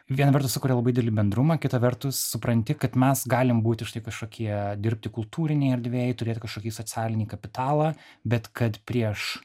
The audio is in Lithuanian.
viena vertus sukuria labai didelį bendrumą kita vertus supranti kad mes galim būti štai kažkokie dirbti kultūrinėj erdvėj turėt kažkokį socialinį kapitalą bet kad prieš